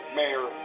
mayor